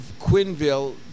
Quinville